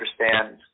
understand